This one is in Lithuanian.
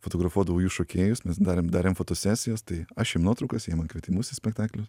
fotografuodavau jų šokėjus mes darėm darėm fotosesijas tai aš jiem nuotraukas jie man kvietimus į spektaklius